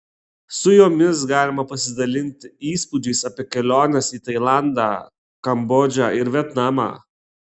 su jomis galima pasidalinti įspūdžiais apie keliones į tailandą kambodžą ir vietnamą